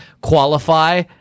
qualify